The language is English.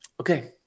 Okay